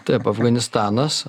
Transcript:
taip afganistanas